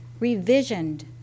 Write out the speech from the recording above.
revisioned